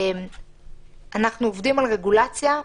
אנחנו עובדים על רגולציה,